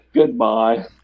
Goodbye